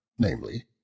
namely